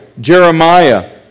Jeremiah